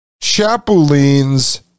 chapulines